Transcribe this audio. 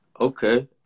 okay